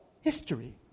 History